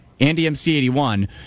AndyMC81